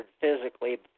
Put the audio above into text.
physically